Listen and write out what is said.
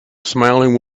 smiling